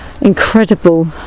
incredible